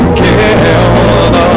killed